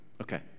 okay